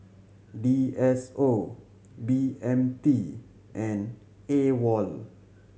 D S O B M T and AWOL